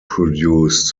produced